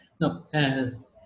No